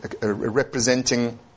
representing